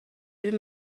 جیب